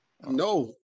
No